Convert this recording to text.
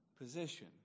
position